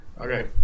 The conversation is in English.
Okay